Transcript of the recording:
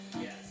Yes